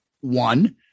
one